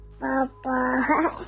Papa